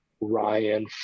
Ryan